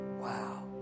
Wow